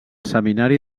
seminari